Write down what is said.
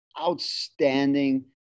outstanding